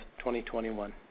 2021